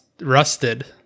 rusted